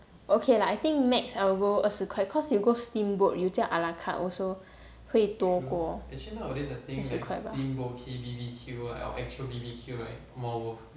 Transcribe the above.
okay lah I think max I would go 二十块 cause you go steamboat you 叫 ala carte also 会多过二十块把